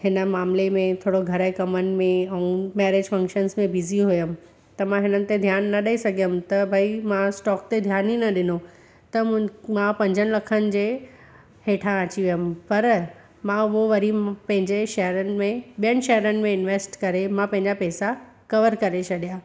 हिन मामले में थोरो घर जे कमनि में ऐं मेरिज फंक्शन्स में बिज़ी हुयमि त मां हिननि ते ध्यानु न ॾेई सघियमि त भई मां स्टॉक ते ध्यानु ई न ॾिनो त मां पंजनि लखनि जे हेठां अची वियमि पर मां उहो वरी पंहिजे शेयरनि में ॿियनि शेयरनि में इंवेस्ट करे मां पंहिंजा पेसा कवर करे छॾियां